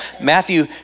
Matthew